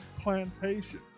plantation